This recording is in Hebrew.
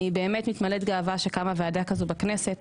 אני באמת מתמלאת גאווה שקמה ועדה כזאת בכנסת.